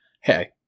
hey